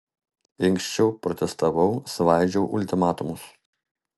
inkščiau protestavau svaidžiau ultimatumus